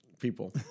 people